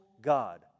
God